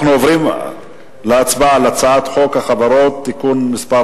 אנחנו עוברים להצבעה על הצעת חוק החברות (תיקון מס'